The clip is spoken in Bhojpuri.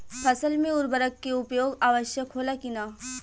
फसल में उर्वरक के उपयोग आवश्यक होला कि न?